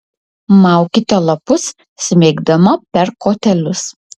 maukite lapus smeigdama per kotelius